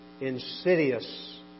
insidious